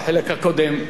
גברתי היושבת-ראש,